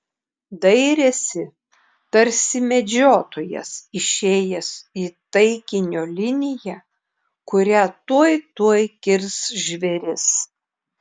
dairėsi tarsi medžiotojas išėjęs į taikinio liniją kurią tuoj tuoj kirs žvėris